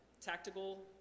tactical